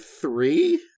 three